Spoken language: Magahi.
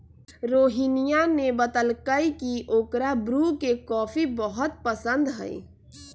रोहिनीया ने बतल कई की ओकरा ब्रू के कॉफी बहुत पसंद हई